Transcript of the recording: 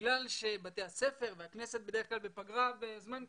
מאחר שהכנסת ובתי הספר בפגרה בזמן כזה,